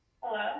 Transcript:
Hello